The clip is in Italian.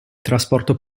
trasporto